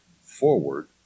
forward